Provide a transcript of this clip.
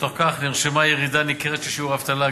בתוך כך נרשמה ירידה ניכרת בשיעור האבטלה,